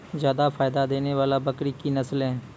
जादा फायदा देने वाले बकरी की नसले?